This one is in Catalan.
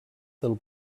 del